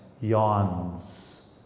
yawns